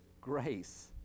grace